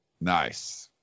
Nice